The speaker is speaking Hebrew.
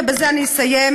ובזה אני אסיים,